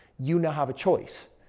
you now have a choice.